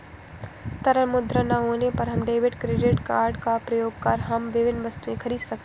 तरल मुद्रा ना होने पर हम डेबिट क्रेडिट कार्ड का प्रयोग कर हम विभिन्न वस्तुएँ खरीद सकते हैं